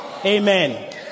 amen